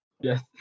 Yes